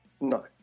No